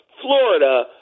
Florida